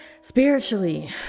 spiritually